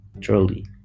truly